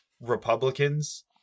Republicans